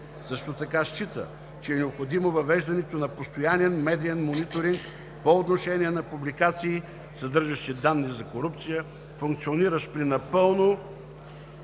Също така счита, че е необходимо въвеждането на постоянен медиен мониторинг по отношение на публикации, съдържащи данни за корупция, функциониращ при напълно